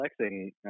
flexing